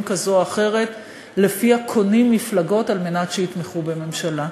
כזו או אחרת שלפיה קונים מפלגות על מנת שיתמכו בממשלה.